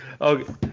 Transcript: okay